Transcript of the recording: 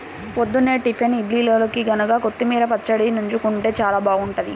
పొద్దున్నే టిఫిన్ ఇడ్లీల్లోకి గనక కొత్తిమీర పచ్చడి నన్జుకుంటే చానా బాగుంటది